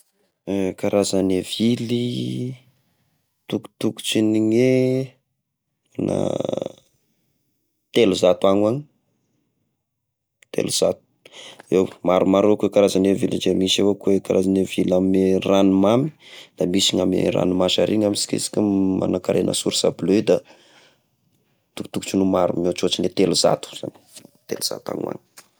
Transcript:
Eh, karazagny vily tokotokotry ny gne na telozato agny ho agny ,telozato eo, maromaro a koa karazagny vily, ndre misy oe a koa karazagny vily amy ranomamy, da misy amy ragno masina, ary amy iny asika no manakaregna sorsa aby loha io da, tokotokotry maro mihotrotry ny telozato zagny, telozato agny ho agny.